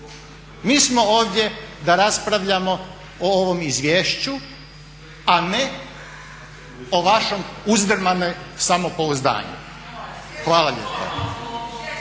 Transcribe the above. Mi smo ovdje da raspravljamo o ovom izvješću a ne o vašem uzdrmanom samopouzdanju. Hvala lijepa.